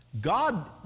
God